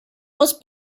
was